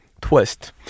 twist